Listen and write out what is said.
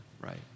right